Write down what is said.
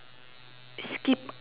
skip